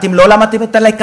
אתם לא למדתם את הלקח?